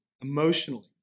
emotionally